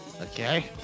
Okay